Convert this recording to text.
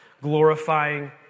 glorifying